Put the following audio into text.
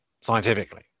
scientifically